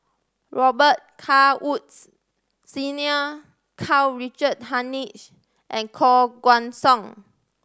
Robet Carr Woods Senior Karl Richard Hanitsch and Koh Guan Song